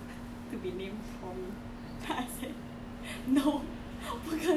then he say he want his child to be named tommy